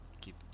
keep